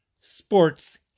Sports